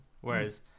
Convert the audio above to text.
Whereas